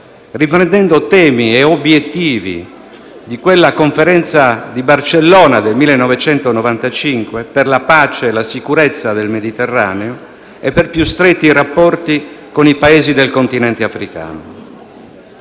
riprendendo temi e obiettivi di quella Conferenza di Barcellona del 1995 per la pace e la sicurezza del Mediterraneo e per più stretti rapporti con i Paesi del continente africano.